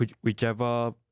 whichever